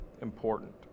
important